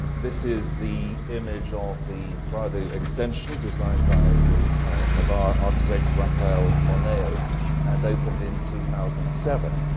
this is the image ah of the prado extension designed by the navarre architect rafael moneo and opened in two thousand and seven.